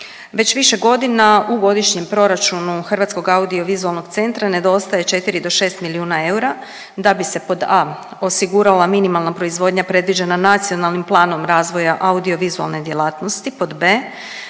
Već više godina u godišnjem proračunu Hrvatskog audiovizualnog centra nedostaje četiri do šest milijuna eura da bi se pod a) osigurala minimalna proizvodnja predviđena Nacionalnim planom razvoja audiovizualne djelatnosti, pod b)